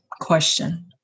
question